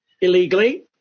Illegally